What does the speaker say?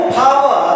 power